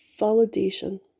Validation